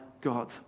God